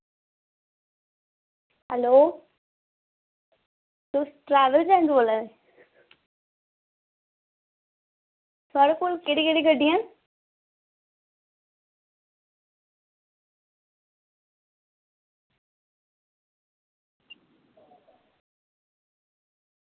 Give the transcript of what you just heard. hello तुस travel agent बोला दे थुआढ़े कोल केह्ड़ी केह्ड़ी गड्डियां न